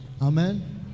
Amen